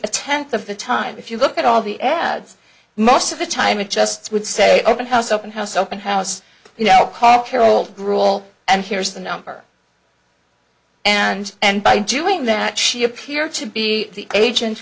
a tenth of the time if you look at all the ads most of the time it just would say open house open house open house you know karkare old grewal and here's the number and and by doing that she appear to be the agent